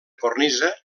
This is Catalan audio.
cornisa